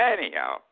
Anyhow